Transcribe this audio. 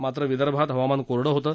मात्र विदर्भात हवामान कोरडं होतं